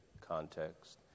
context